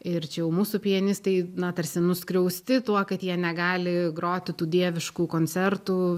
ir čia jau mūsų pianistai na tarsi nuskriausti tuo kad jie negali groti tų dieviškų koncertų